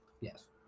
yes